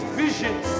visions